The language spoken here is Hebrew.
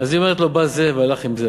אז היא אומרת לו: בא זה והלך עם זה.